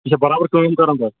یہِ چھا برابر کأم کران پتہٕ